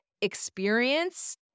experience